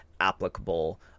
applicable